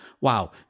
wow